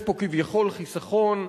יש פה כביכול חיסכון,